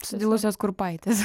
sudilusios kurpaitės